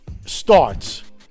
starts